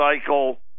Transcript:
cycle